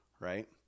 right